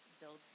builds